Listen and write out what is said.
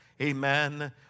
amen